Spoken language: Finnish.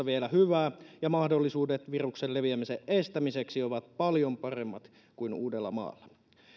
vielä hyvä ja mahdollisuudet viruksen leviämisen estämiseksi ovat paljon paremmat kuin uudellamaalla